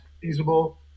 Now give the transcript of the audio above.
feasible